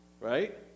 Right